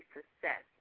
Success